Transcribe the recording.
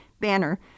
Banner